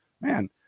man